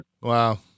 Wow